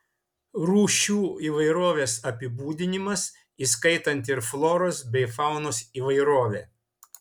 rūšių įvairovės apibūdinimas įskaitant ir floros bei faunos įvairovę